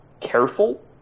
careful